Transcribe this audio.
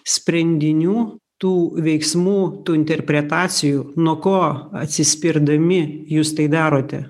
sprendinių tų veiksmų tų interpretacijų nuo ko atsispirdami jūs tai darote